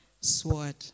sword